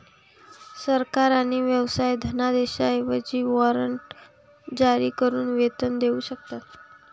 सरकार आणि व्यवसाय धनादेशांऐवजी वॉरंट जारी करून वेतन देऊ शकतात